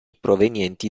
provenienti